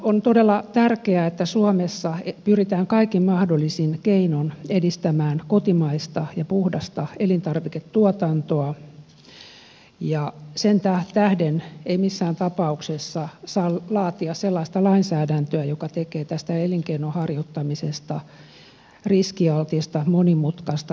on todella tärkeää että suomessa pyritään kaikin mahdollisin keinoin edistämään kotimaista ja puhdasta elintarviketuotantoa ja sen tähden ei missään tapauksessa saa laatia sellaista lainsäädäntöä joka tekee elinkeinon harjoittamisesta riskialtista monimutkaista epävarmaa